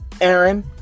Aaron